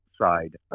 side